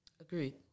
Agreed